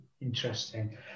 Interesting